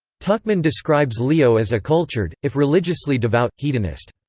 tuchman describes leo as a cultured if religiously devout hedonist.